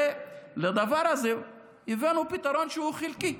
ולדבר הזה הבאנו פתרון שהוא חלקי,